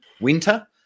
winter